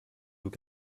aux